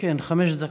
דקות.